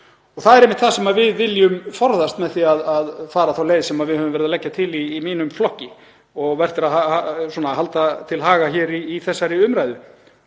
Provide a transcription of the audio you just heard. út. Það er einmitt það sem við viljum forðast með því að fara þá leið sem við höfum verið að leggja til í mínum flokki og vert er að halda til haga hér í þessari umræðu